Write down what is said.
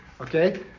Okay